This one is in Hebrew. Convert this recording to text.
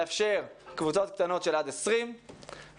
לאפשר קבוצות קטנות של עד 20 ולחתוך